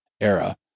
era